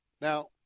Now